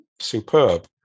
superb